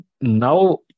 Now